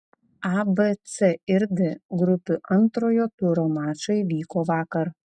a b c ir d grupių antrojo turo mačai vyko vakar